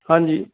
ਹਾਂਜੀ